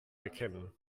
erkennen